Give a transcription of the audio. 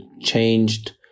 changed